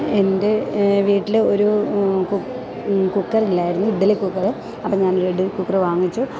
എൻ്റെ വീട്ടില് ഒരു കുക്കറില്ലായിരുന്നു ഇഡ്ഡലി കുക്കര് അപ്പോള് ഞാനൊരിഡലി കുക്കര് വാങ്ങിച്ചു